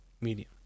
medium